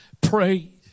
prayed